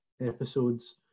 episodes